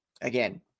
Again